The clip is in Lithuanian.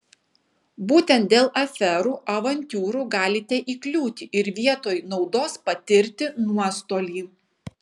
būtent dėl aferų avantiūrų galite įkliūti ir vietoj naudos patirti nuostolį